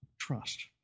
trust